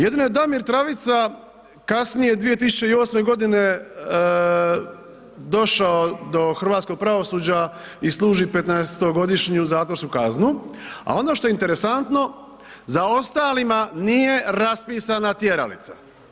Jedino je Damir Travica kasnije 2008. godine došao do hrvatskog pravosuđa i služi 15-to godišnju zatvorsku kaznu, a ono što je interesantno za ostalima nije raspisana tjeralica.